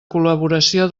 col·laboració